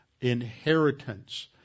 inheritance